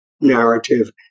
narrative